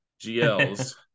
GLs